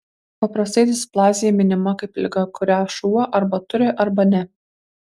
paprastai displazija minima kaip liga kurią šuo arba turi arba ne